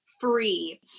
free